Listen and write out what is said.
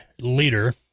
leader